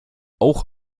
auch